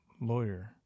lawyer